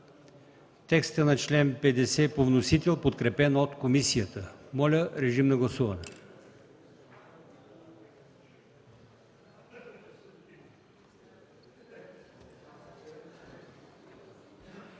текста на чл. 50 по вносител, подкрепен от комисията. Моля, режим на гласуване.